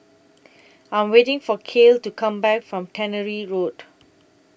I'm waiting For Kale to Come Back from Tannery Road